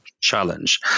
challenge